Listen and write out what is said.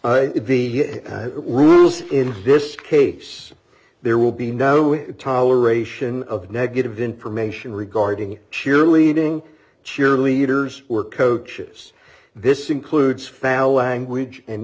road the rules in this case there will be no toleration of negative information regarding cheerleading cheerleaders we're coaches this includes foul language and